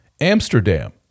Amsterdam